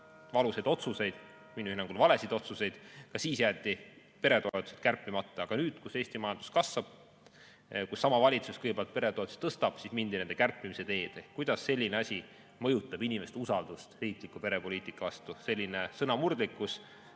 valusaid otsuseid, minu hinnangul valesid otsuseid, siis jäeti peretoetused kärpimata. Aga nüüd, kus Eesti majandus kasvas, kus sama valitsus kõigepealt peretoetusi tõstis, mindi nende kärpimise teed. Kuidas selline asi mõjutab inimeste usaldust riikliku perepoliitika vastu? Selline sõnamurdlikkus,